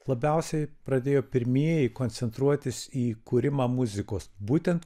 labiausiai pradėjo pirmieji koncentruotis į kūrimą muzikos būtent